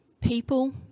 people